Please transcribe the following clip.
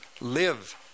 live